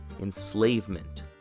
enslavement